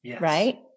right